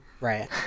Right